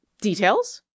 details